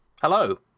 hello